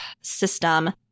system